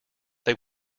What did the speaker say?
they